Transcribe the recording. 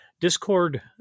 Discord